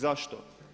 Zašto?